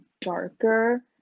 darker